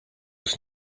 was